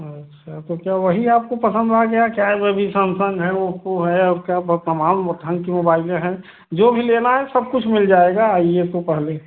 अच्छा तो क्या वही आपको पसंद आ गया है क्या अभी सैमसंग है ओप्पो है और क्या बहु तमाम ढंग के मोबाइले हैं जो भी लेना है सब कुछ मिल जाएगा आइए तो पहले